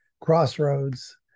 Crossroads